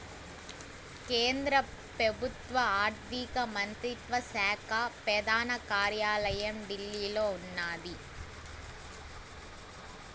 కేంద్ర పెబుత్వ ఆర్థిక మంత్రిత్వ శాక పెదాన కార్యాలయం ఢిల్లీలో ఉన్నాది